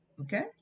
Okay